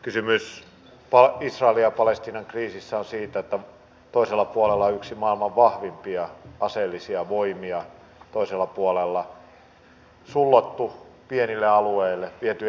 kysymys israelin ja palestiinan kriisissä on siitä että toisella puolella on yksi maailman vahvimpia aseellisia voimia toisella puolella kansa on sullottu pienille alueille on viety elinmahdollisuudet